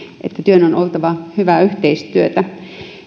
työn on oltava hyvää yhteistyötä